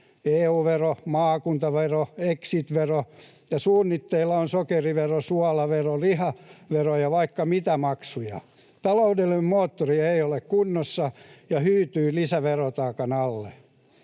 EU-vero, maakuntavero, exit-vero, ja suunnitteilla on sokerivero, suolavero, lihavero ja vaikka mitä maksuja. Taloudellinen moottori ei ole kunnossa ja hyytyy lisäverotaakan alle.